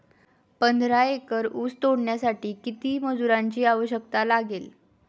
पंधरा एकर ऊस तोडण्यासाठी किती मजुरांची आवश्यकता लागेल?